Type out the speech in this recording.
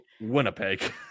Winnipeg